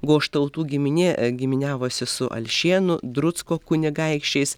goštautų giminė giminiavosi su alšėnų drucko kunigaikščiais